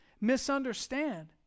misunderstand